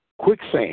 quicksand